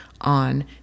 on